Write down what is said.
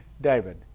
David